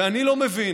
ואני לא מבין